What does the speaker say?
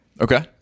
Okay